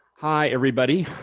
hi, everybody.